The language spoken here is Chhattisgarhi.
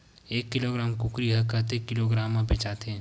एक किलोग्राम कुकरी ह कतेक किलोग्राम म बेचाथे?